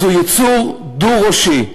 אז הוא יצור דו-ראשי.